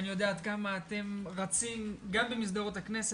אני יודע עד כמה אתם רצים גם במסדרונות הכנסת,